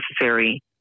necessary